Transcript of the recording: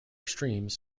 streams